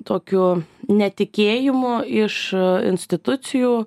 tokiu netikėjimu iš institucijų